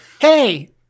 hey